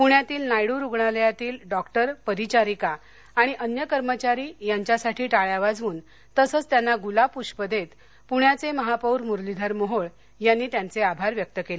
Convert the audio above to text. पुण्यातील नायडू रुग्णालयातील डॉक्टर परिचारिका आणि अन्य कर्मचारी यांच्यासाठी टाळ्या वाजवून तसंच त्यांना गुलाबपुष्प देत पुण्याचे महापौर मुरलीधर मोहोळ यांनी त्यांचे आभार व्यक्त केले